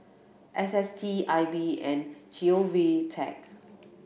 S S T I B and G O V Tech